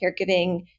caregiving